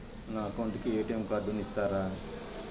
నా అకౌంట్ కు ఎ.టి.ఎం కార్డును ఇస్తారా